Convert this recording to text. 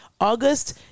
August